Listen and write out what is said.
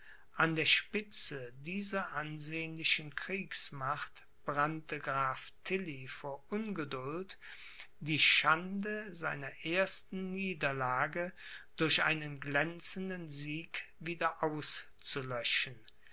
an der spitze dieser ansehnlichen kriegsmacht brannte graf tilly vor ungeduld die schande seiner ersten niederlage durch einen glänzenden sieg wieder auszulöschen